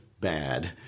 bad